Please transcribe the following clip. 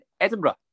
edinburgh